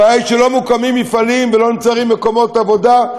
הבעיה היא שלא מוקמים מופעלים ולא נוצרים מקומות עבודה,